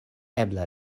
ebla